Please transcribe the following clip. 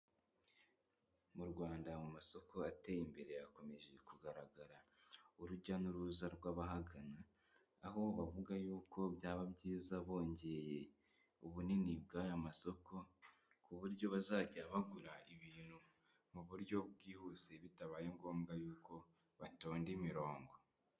Mu Rwanda mu masoko ateye imbere hakomeje kugaragara urujya n'uruza rw'abahagana aho bavuga yuko byaba byiza bongeye ubunini bw'aya masoko ku buryo bazajya bagura ibintu mu buryo bwihuse bitabaye ngombwa yuko batonda imirongo.